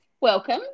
welcome